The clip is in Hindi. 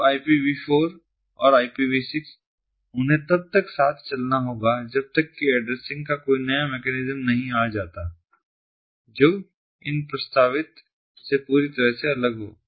तो ये IPV4 और IPV6 उन्हें तब तक साथ चलना होगा जब तक कि एड्रेसिंग का कोई नया मैकेनिज्म नहीं आ जाता जो इन प्रस्तावित से पूरी तरह से अलग हो